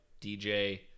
DJ